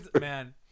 man